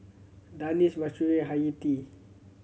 Danish Mahsuri and Hayati